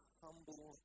humble